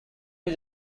you